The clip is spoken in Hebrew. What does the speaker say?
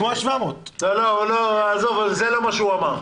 זה לא מה שהוא אמר.